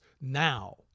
now